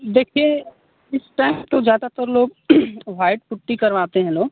देखिए इस टाइम तो जादातर लोग व्हाइट पुट्टी करवाते हैं लोग